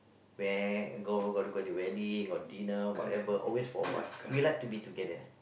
where go go go to wedding or dinner whatever always four of us we like to be together